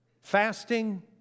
fasting